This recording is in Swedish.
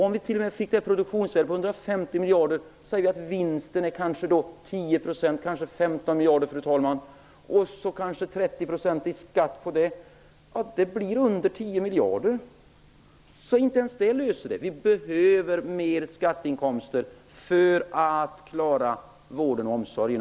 Om vi t.o.m. fick ett produktionsvärde på miljarder -- med 30 % skatt på den, blir resultatet under 10 miljarder. Så inte ens detta löser problemet. Vi behöver mer skatteinkomster för att klara vården och omsorgen.